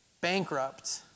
Bankrupt